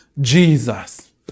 Jesus